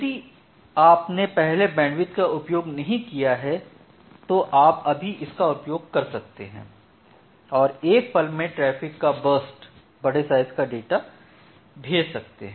यदि आपने पहले बैंडविड्थ का उपयोग नहीं किया है तो आप अभी इसका उपयोग कर सकते हैं और एक पल में ट्रैफिक का एक बर्स्ट बड़े साइज़ का डाटा भेज सकते हैं